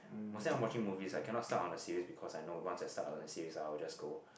mostly watching movies I cannot start on a series because I know once I start on a series I will just go